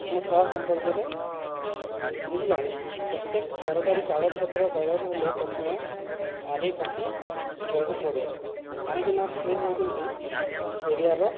ମୁଁ ତା ସମ୍ପର୍କରେ କିଛି କିଛି ଜାଣିଛି ପ୍ରତ୍ୟେକ ସରକାରୀ କାଗଜପତ୍ର ପାଇବାକୁ ହେଲେ ପ୍ରଥମେ ଆର୍ ଆଇ ପାଖକୁ ଯିବାକୁ ପଡ଼େ କାହିଁକି ନା ସେ ହେଉଛନ୍ତି ଏରିଆର